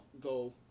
go